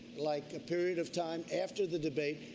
like a period of time after the debate,